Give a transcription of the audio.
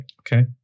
okay